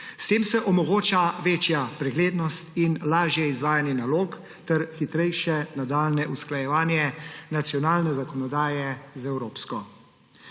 S tem se omogoča večja preglednost in lažje izvajanje nalog ter hitrejše nadaljnje usklajevanje nacionalne zakonodaje z evropsko.